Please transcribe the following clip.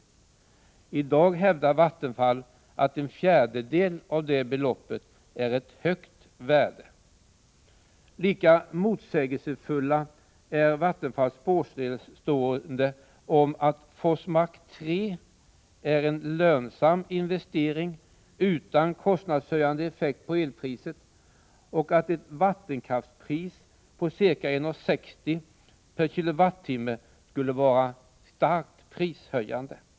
I dag hävdar Vattenfall att en fjärdedel av detta belopp är ett högt värde. Lika motsägelsefulla är Vattenfalls påståenden om att Forsmark 3 är en lönsam investering utan kostnadshöjande effekt på elpriset och att ett vattenkraftspris på ca 1:60 kr. per kWh och år skulle vara starkt prishöjande.